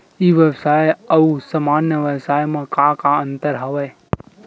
ई व्यवसाय आऊ सामान्य व्यवसाय म का का अंतर हवय?